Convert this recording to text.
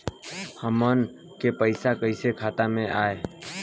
हमन के पईसा कइसे खाता में आय?